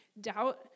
Doubt